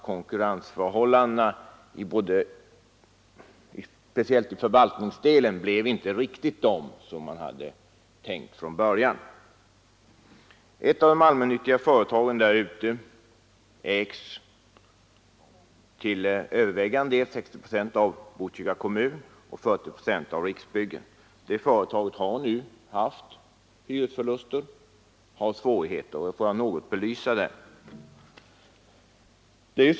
Konkurrensförhållandena, speciellt i förvaltningsdelen, blev därför inte riktigt de som man hade tänkt från början. Ett av de allmännyttiga företagen där ute ägs till övervägande del, 60 procent, av Botkyrka kommun och till 40 procent av Riksbyggen. Det företaget har nu haft hyresförluster och har svårigheter. Jag vill något belysa detta.